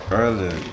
early